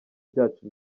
byacu